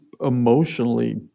emotionally